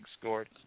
scored